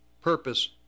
purpose